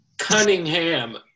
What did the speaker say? Cunningham